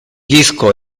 disco